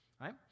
right